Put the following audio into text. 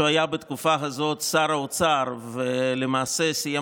שבתקופה הזאת הוא היה שר האוצר ולמעשה סיים